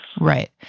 Right